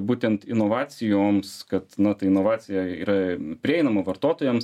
būtent inovacijoms kad tai inovacija yra prieinama vartotojams